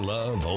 Love